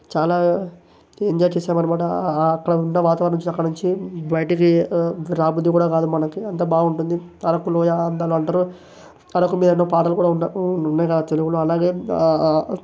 చాలా ఎంజాయ్ చేసాం అనమాట అక్కడ ఉండే వాతావరణం చూసి అక్కడ నుంచి బయటికి రాబుద్ది కూడా కాదు మనకి అంత బాగుంటుంది అరకు లోయ అందాలు అంటారు అరకు మీద ఉన్న పాటలు కూడా ఉన్నా ఉన్నాయిగా తెలుగులో అలాగే